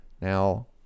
Now